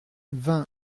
vingt